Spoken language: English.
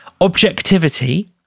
Objectivity